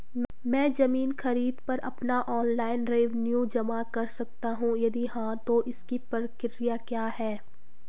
मैं ज़मीन खरीद पर अपना ऑनलाइन रेवन्यू जमा कर सकता हूँ यदि हाँ तो इसकी प्रक्रिया क्या है?